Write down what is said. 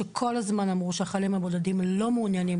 שכל הזמן אמרו שהחיילים הבודדים לא מעוניינים